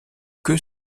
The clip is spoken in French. queue